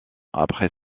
après